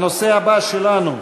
הנושא הבא שלנו: